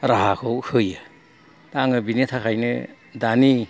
राहाखौ होयो आङो बेनि थाखायनो दानि